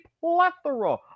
plethora